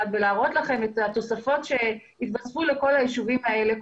ולהראות לכם את התוספות שהיתוספו לכל היישובים האלה,